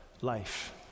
life